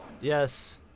Yes